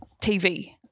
TV